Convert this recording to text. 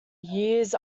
years